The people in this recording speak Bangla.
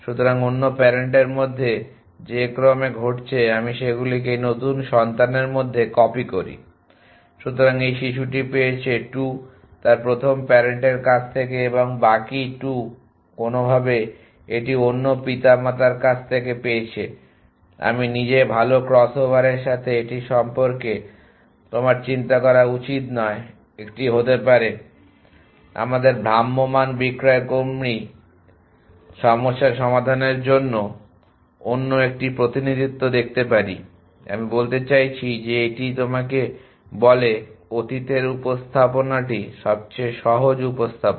সুতরাং অন্য প্যারেন্টের মধ্যে যে ক্রমে ঘটেছে আমি সেগুলিকে এই নতুন সন্তানের মধ্যে কপি করি । সুতরাং এই শিশুটি পেয়েছে 2 তার প্রথম প্যারেন্টের কাছ থেকে এবং বাকি 2 কোনওভাবে এটি অন্য পিতামাতার কাছ থেকে পেয়েছে আমি নিজে ভাল ক্রসওভারের সাথে এটি সম্পর্কে তোমার চিন্তা করা উচিত নয় একটি হতে পারে আমাদের ভ্রাম্যমাণ বিক্রয়কর্মী সমস্যার সমাধানের জন্য অন্য একটা প্রতিনিধিত্ব দেখতে পারি আমি বলতে চাইছি যে এটি তোমাকে বলে অতীতের উপস্থাপনাটি সবচেয়ে সহজ উপস্থাপনা